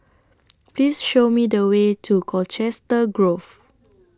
Please Show Me The Way to Colchester Grove